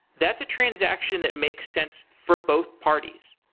that's a transaction that makes sense for both parties.